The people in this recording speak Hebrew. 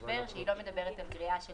כדי שלא תהיה איזושהי